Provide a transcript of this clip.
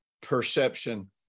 perception